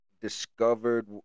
discovered